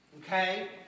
okay